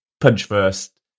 punch-first